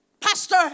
Pastor